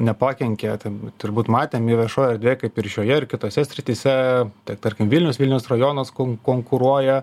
nepakenkė ten turbūt matėm ir viešoj erdvėj kaip ir šioje ir kitose srityse tiek tarkim vilnius vilniaus rajonas kon konkuruoja